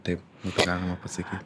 taip būtų galima pasakyt